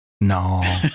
No